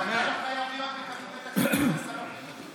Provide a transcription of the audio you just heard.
גם אתה לא חייב להיות בקבינט הקורונה, שר הבריאות?